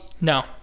No